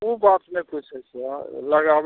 ओ बात नहि पूछै छिअ लगाबऽ